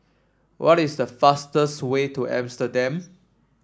what is the fastest way to Amsterdam